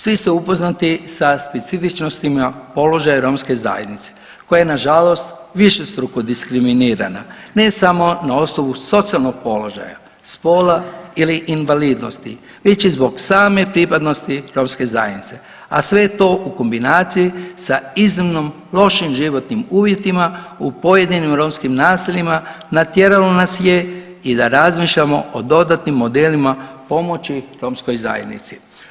Svi ste upoznati sa specifičnostima položaja romske zajednice koja je na žalost višestruko diskriminirana ne samo na osnovu socijalnog položaja, spola ili invalidnosti već i zbog same pripadnosti romske zajednice, a sve to u kombinaciji sa iznimno lošim životnim uvjetima u pojedinim romskim naseljima malo nas je i da razmišljamo o dodatnim modelima pomoći romskoj zajednici.